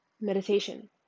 meditation